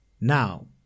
Now